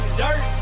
dirt